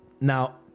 Now